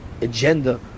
agenda